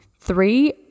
Three